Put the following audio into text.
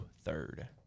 third